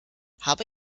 habe